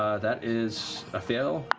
ah that is a fail,